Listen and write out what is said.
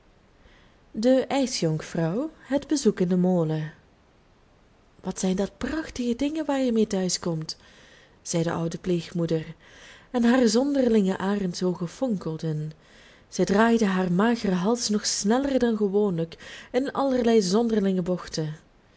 warm vi het bezoek in den molen wat zijn dat prachtige dingen waar je mee thuis komt zei de oude pleegmoeder en haar zonderlinge arendsoogen fonkelden zij draaide haar mageren hals nog sneller dan gewoonlijk in allerlei zonderlinge bochten